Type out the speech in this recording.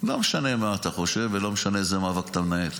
לא משנה מה אתה חושב ולא משנה איזה מאבק אתה מנהל.